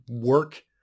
work